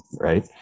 Right